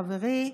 חברי.